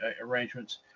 arrangements